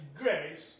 grace